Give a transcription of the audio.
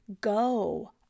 go